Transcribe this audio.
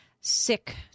sick